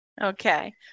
Okay